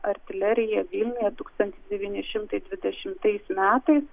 artilerija vilniuje tūkstantis devyni šimtai dvidešimtais metais